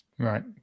right